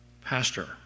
pastor